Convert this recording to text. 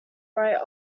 bright